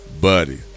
buddy